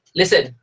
listen